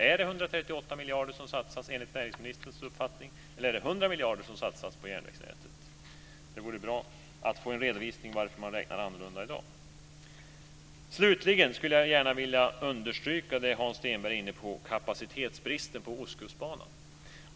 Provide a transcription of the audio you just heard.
Är det 138 miljarder enligt näringsministerns uppfattning eller är det 100 miljarder som satsas på järnvägsnätet? Det vore bra att få en redovisning av varför man räknar annorlunda i dag. Slutligen skulle jag gärna vilja understryka det som Hans Stenberg var inne på, nämligen kapacitetsbristen på Ostkustbanan.